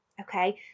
Okay